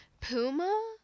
Puma